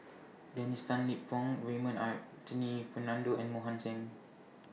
Dennis Tan Lip Fong Raymond Anthony Fernando and Mohan Singh